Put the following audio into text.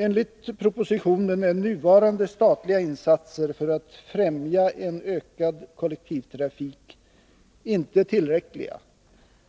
Enligt propositionen är nuvarande statliga insatser för att främja en ökad kollektivtrafik inte tillräckliga,